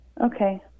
Okay